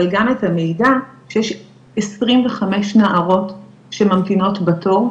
אבל גם את המידע שיש 25 נערות שממתינות בתור לפני הנערה הזו,